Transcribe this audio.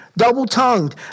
double-tongued